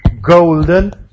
golden